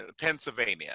Pennsylvania